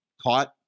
caught